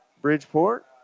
Bridgeport